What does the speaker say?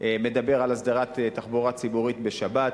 מדבר על הסדרת תחבורה ציבורית בשבת.